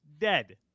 dead